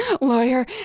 lawyer